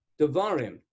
Devarim